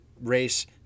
race